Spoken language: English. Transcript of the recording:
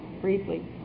briefly